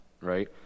Right